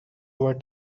over